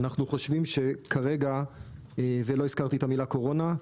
אנחנו חושבים שכרגע ולא הזכרתי את המילה קורונה,